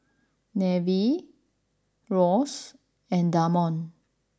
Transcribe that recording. Neveah Ross and Damond